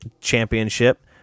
Championship